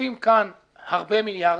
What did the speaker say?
נוספים כאן הרבה מיליארדים.